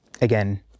again